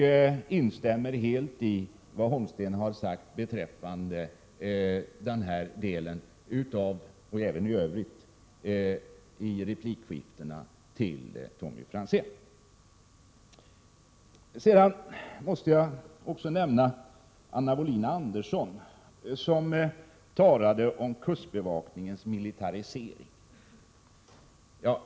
Jag instämmer helt i det som Lennart Holmsten har sagt beträffande denna del och även i övrigt i replikskiftena med Tommy Franzén. Jag måste också nämna Anna Wohlin-Andersson, som talade om kustbevakningens militarisering.